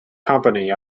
company